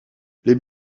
les